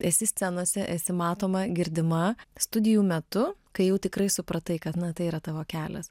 esi scenose esi matoma girdima studijų metu kai jau tikrai supratai kad na tai yra tavo kelias